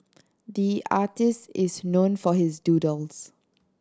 the artist is known for his doodles